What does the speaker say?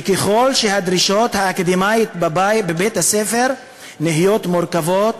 וככל שהדרישות האקדמיות בבית-הספר נהיות מורכבות